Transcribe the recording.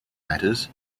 matters